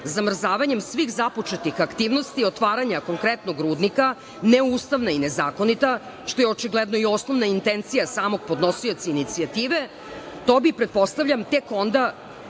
zamrzavanjem svih započetih aktivnosti otvaranja konkretnog rudnika neustavna i nezakonita, što je očigledno i osnovna intencija i samog podnosioca inicijative, to bi pretpostavljam tek onda